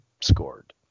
scored